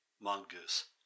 Mongoose